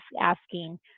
asking